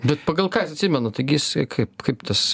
bet pagal ką jis atsimena taigi jis kaip kaip tas